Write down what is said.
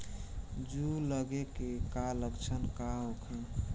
जूं लगे के का लक्षण का होखे?